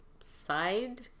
side